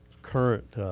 current